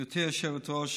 גברתי היושבת-ראש,